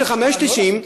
של 5.9 שקלים?